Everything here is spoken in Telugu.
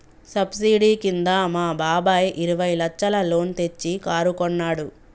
సబ్సిడీ కింద మా బాబాయ్ ఇరవై లచ్చల లోన్ తెచ్చి కారు కొన్నాడు